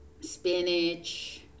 spinach